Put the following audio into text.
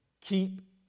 keep